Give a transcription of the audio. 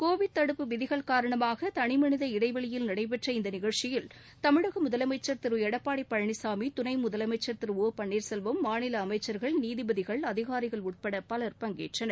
Covid தடுப்பு விதிகள் காரணமாக தனி மனித இடைவெளியில் நடைபெற்ற இந்த நிகழ்ச்சியில் தமிழக முதலமைச்சர் திரு எடப்பாடி பழனிசாமி துணை முதலமைச்சர் திரு ஓ பன்னீர்செல்வம் மாநில அமைச்சர்கள் நீதிபதிகள் அதிகாரிகள் உட்பட பலர் பங்கேற்றனர்